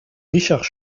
richard